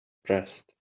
pressed